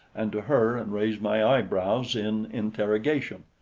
and to her and raised my eyebrows in interrogation.